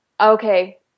okay